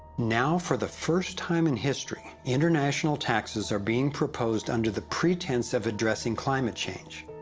now, for the first time in history, international taxes are being proposed under the pretence of adressing climate change.